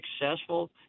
successful